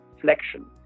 flexion